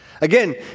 Again